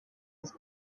his